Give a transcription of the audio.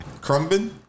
Crumbin